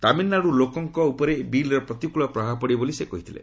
ତାମିଲ୍ନାଡୁର ଲୋକଙ୍କ ଉପରେ ବିଲ୍ର ପ୍ରତିକୃଳ ପ୍ରଭାବ ପଡ଼ିବ ବୋଲି ସେ କହିଥିଲେ